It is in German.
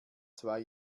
zwei